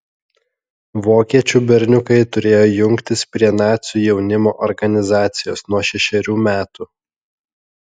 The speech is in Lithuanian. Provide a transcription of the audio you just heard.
vokiečių berniukai turėjo jungtis prie nacių jaunimo organizacijos nuo šešerių metų